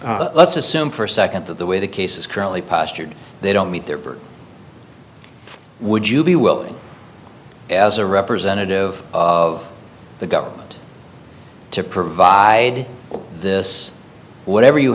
the let's assume for a second that the way the case is currently pastured they don't meet their burden would you be willing as a representative of the government to provide this whatever you